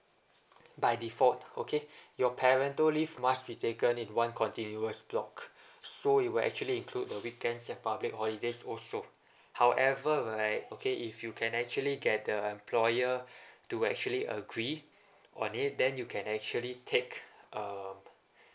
by default okay your parental leave must be taken in one continuous block so it will actually include the weekends and public holidays also however right okay if you can actually get the employer to actually agree on it then you can actually take um